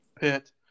Pitt